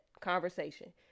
conversation